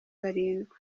barindwi